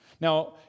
Now